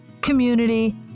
community